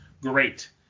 great